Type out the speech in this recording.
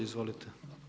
Izvolite.